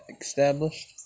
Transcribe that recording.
established